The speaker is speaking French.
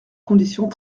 conditions